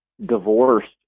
divorced